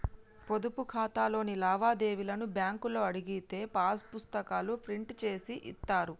పొదుపు ఖాతాలోని లావాదేవీలను బ్యేంకులో అడిగితే పాసు పుస్తకాల్లో ప్రింట్ జేసి ఇత్తారు